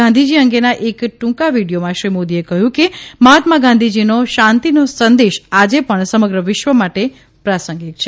ગાંધીજી અંગેના એક ટુંકા વીડીયોમાં શ્રી મોદીએ કહયું કે મહાત્મા ગાંધીજીનો શાંતીનો સંદેશ આજે ણ સમગ્ર વિશ્વ માટે પ્રાસંગીક છે